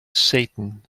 satan